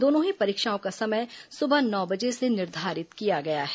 दोनों ही परीक्षाओं का समय सुबह नौ बजे से निर्धारित किया गया है